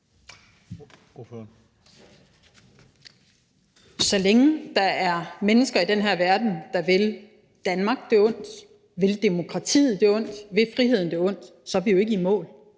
Så længe der er mennesker i den her verden, der vil Danmark det ondt, vil demokratiet det ondt, vil friheden det ondt, så er vi jo ikke i mål.